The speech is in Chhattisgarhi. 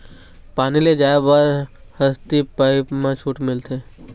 पानी ले जाय बर हसती पाइप मा छूट मिलथे?